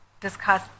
discuss